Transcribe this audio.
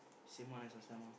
same one as last time lor